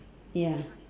ya